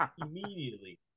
immediately